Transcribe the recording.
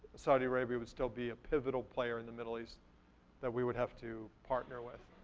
saudi arabia would still be a pivotal player in the middle east that we would have to partner with.